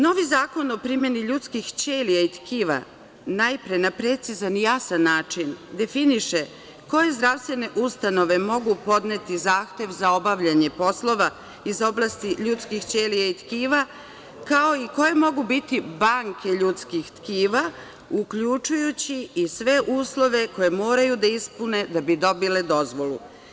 Novi Zakon o primeni ljudskih ćelija i tkiva, najpre na precizna i jasan način definiše koje zdravstvene ustanove mogu podneti zahtev za obavljanje poslova iz oblasti ljudskih ćelija i tkiva, kao i koje mogu biti banke ljudskih tkiva, uključujući i sve uslove koje moraju da ispune da bi dobile dozvolu.